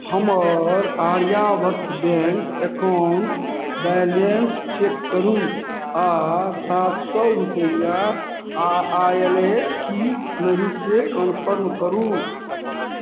हमर Aryavart bank account balance check करू आ सात सए रूपैआ आयले कि नहि से कनफर्म करू